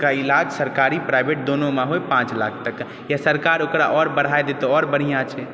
इलाज सरकारी प्राइवेट दोनो मे होइ पाँच लाख तक के या सरकार ओकरा आओर बढ़ा दै तऽ आओर बढ़िऑं छै